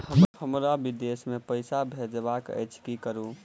हमरा विदेश मे पैसा भेजबाक अछि की करू?